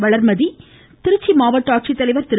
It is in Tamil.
வளர்மதி மாவட்ட ஆட்சித்தலைவர் திரு